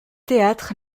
théâtre